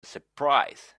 surprise